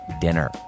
dinner